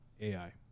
AI